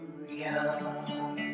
Hallelujah